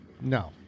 No